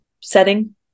setting